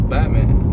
Batman